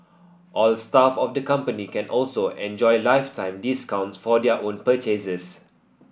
all staff of the company can also enjoy lifetime discounts for their own purchases